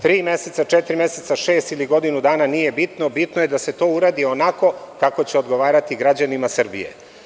Tri meseca, četiri meseca, šest ili godinu dana, nije bitno, bitno je da se to uradi onako kako će odgovarati građanima Srbije.